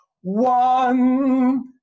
one